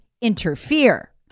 interfere